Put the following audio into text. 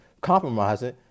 Compromising